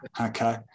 Okay